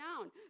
down